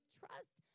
trust